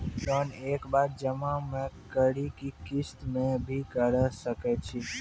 Loan एक बार जमा म करि कि किस्त मे भी करऽ सके छि?